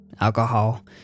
alcohol